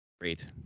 Great